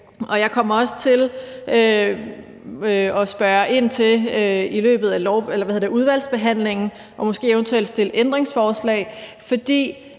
Jeg kommer også til at stille spørgsmål i løbet af udvalgsbehandlingen og måske eventuelt stille ændringsforslag, for